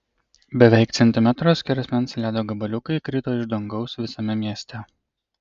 beveik centimetro skersmens ledo gabaliukai krito iš dangaus visame mieste